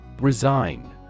Resign